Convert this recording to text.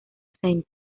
saint